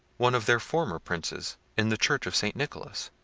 one of their former princes, in the church of st. nicholas.